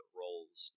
roles